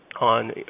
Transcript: on